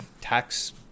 tax